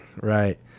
right